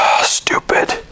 Stupid